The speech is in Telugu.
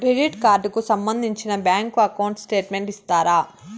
క్రెడిట్ కార్డు కు సంబంధించిన బ్యాంకు అకౌంట్ స్టేట్మెంట్ ఇస్తారా?